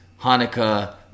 hanukkah